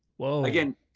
well, again,